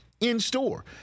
in-store